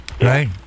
Right